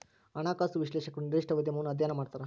ಹಣಕಾಸು ವಿಶ್ಲೇಷಕರು ನಿರ್ದಿಷ್ಟ ಉದ್ಯಮವನ್ನು ಅಧ್ಯಯನ ಮಾಡ್ತರ